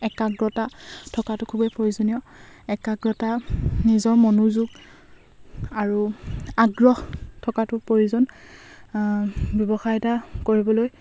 একাগ্ৰতা থকাটো খুবেই প্ৰয়োজনীয় একাগ্ৰতা নিজৰ মনোযোগ আৰু আগ্ৰহ থকাটো প্ৰয়োজন ব্যৱসায় এটা কৰিবলৈ